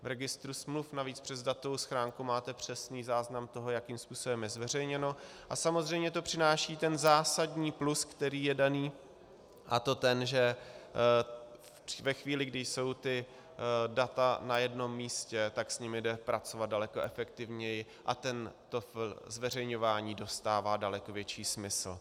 V Registru smluv navíc přes datovou schránku máte přesný záznam toho, jakým způsobem je zveřejněno, a samozřejmě to přináší zásadní plus, které je dáno, a to že ve chvíli, kdy jsou data na jednom místě, tak s nimi jde pracovat daleko efektivněji a zveřejňování dostává daleko větší smysl.